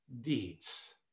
deeds